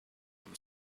them